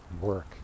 work